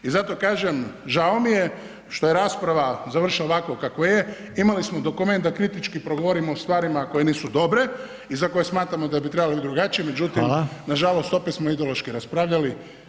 I zato kažem žao mi je što je rasprava završila ovako kako je, imali smo dokument da kritički progovorimo o stvarima koje nisu dobre i za koje smatramo da bi trebale biti drugačije, međutim nažalost [[Upadica: Hvala.]] opet smo ideološki raspravljali.